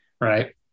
Right